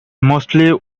mostly